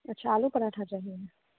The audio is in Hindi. अच्छा आलू पराठा चाहिए